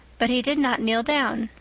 but he did not kneel down.